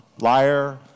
Liar